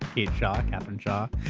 kate shaw, katherine shaw.